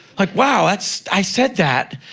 like, wow! that's i said that!